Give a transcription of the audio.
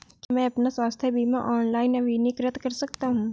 क्या मैं अपना स्वास्थ्य बीमा ऑनलाइन नवीनीकृत कर सकता हूँ?